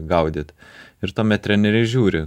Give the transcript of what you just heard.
gaudyt ir tuomet treneriai žiūri